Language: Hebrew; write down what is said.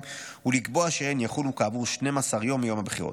ולקבוע שהן יחולו כעבור 12 ימים מיום הבחירות.